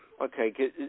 Okay